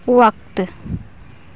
وقت